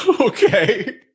Okay